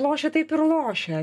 lošė taip ir lošia